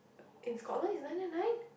uh in Scotland it's nine nine nine